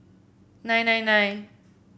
nine nine nine